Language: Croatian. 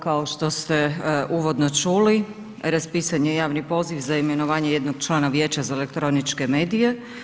Kao što ste uvodno čuli, raspisan je javni poziv za imenovanje jednog člana Vijeća za elektroničke medije.